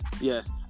yes